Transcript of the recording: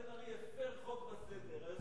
מיכאל בן-ארי הפר חוק וסדר.